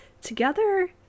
Together